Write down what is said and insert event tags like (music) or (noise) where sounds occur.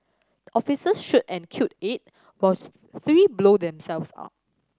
officers shoot and kill eight while (unintelligible) three blow themselves up